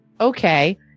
Okay